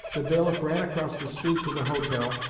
the bailiff ran across the street to the hotel,